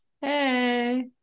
Hey